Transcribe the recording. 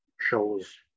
shows